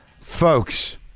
folks